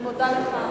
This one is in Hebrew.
אני מודה לך,